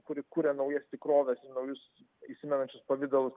kuri kuria naujas tikroves ir naujus įsimenančius pavidalus